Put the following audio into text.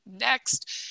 next